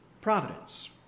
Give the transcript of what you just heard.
providence